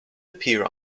appear